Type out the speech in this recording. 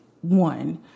one